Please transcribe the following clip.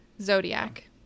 Zodiac